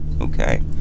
Okay